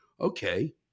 okay